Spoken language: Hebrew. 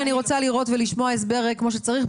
אני רוצה לראות ולשמוע הסבר כמו שצריך.